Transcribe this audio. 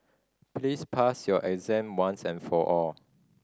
please pass your exam once and for all